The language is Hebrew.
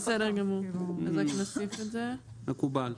מקובל.